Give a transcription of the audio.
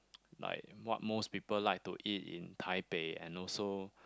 like what most people like to eat in Taipei and also